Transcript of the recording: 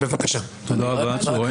תודה רבה, צוהריים טובים.